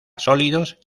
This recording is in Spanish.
sólidos